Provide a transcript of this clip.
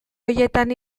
horietan